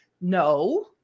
No